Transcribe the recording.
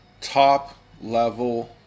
top-level